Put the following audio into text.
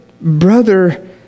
brother